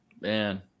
Man